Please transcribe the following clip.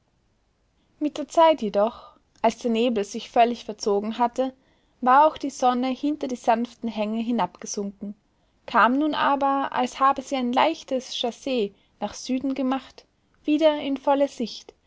mit der zeit jedoch als der nebel sich völlig verzogen hatte war auch die sonne hinter die sanften hänge hinabgesunken kam nun aber als habe sie ein leichtes chassez nach süden gemacht wieder in volle sicht